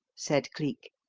said cleek.